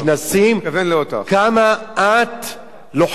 כמה את לוחמת,